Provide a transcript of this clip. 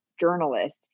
journalist